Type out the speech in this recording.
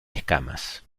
escamas